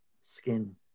skin